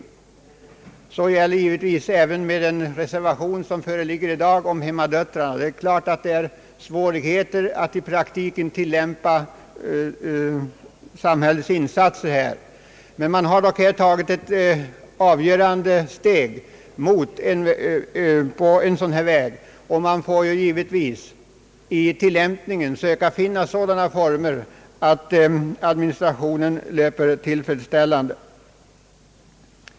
Den svårigheten gäller givetvis också här föreliggande reservation som berör hemmadöttrarna; det möter självklart svårigheter att i praktiken tillämpa samhällets insatser på denna och liknande grupper. Ett avgörande steg har dock tagits på den här vägen, och man får naturligtvis i tillämpningen söka finna sådana former att resultatet blir tillfredsställande.